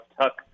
Tuck